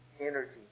energy